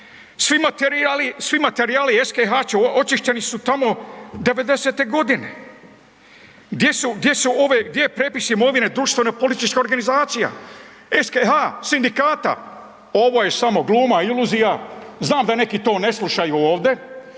Svi materijali SKH su očišćeni tamo '90.-te godine. Gdje je prijepis imovine društveno političkih organizacija SKH, sindikata? Ovo je samo gluma i iluzija. Znam da to neki ne slušaju ovdje,